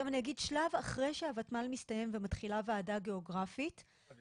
אני אגיד ששלב אחרי שהוותמ"ל מסתיים ומתחילה ועדה גיאוגרפית -- אשרת,